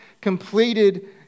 completed